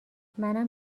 منم